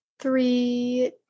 three